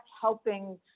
helping